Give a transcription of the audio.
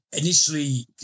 initially